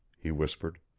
he whispered.